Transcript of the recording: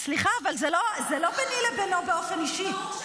סליחה, אבל זה לא ביני לבינו באופן אישי.